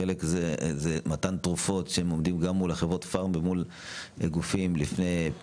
חלק זה מתן תרופות הם עובדים גם מול חברות הפארם וגופים נוספים,